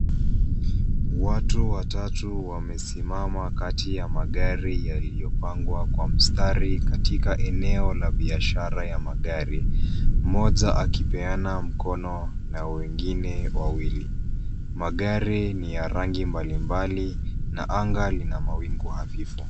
Watu watatu wamesimama kati ya magari yaliyopangwa kwa mstari katika eneo la biashara ya magari, mmoja akipeana mkono na wengine wawili. Magari ni ya rangi mbalimbali na anga lina mawingu hafifu.